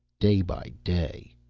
day by day